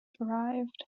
arrived